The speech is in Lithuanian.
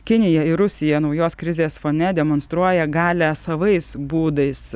kinija ir rusija naujos krizės fone demonstruoja galią savais būdais